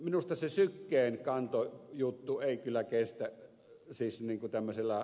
minusta se syken kantojuttu ei kyllä kestä siis niinku tämä sillä